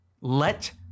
let